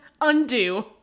undo